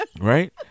Right